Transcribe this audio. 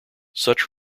such